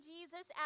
Jesus